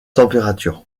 température